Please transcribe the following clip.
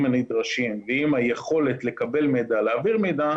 הנדרשים ועם היכולת לקבל מידע ולהעביר מידע,